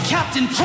Captain